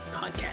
Podcast